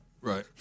Right